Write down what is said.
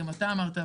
וגם אתה אמרת,